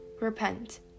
Repent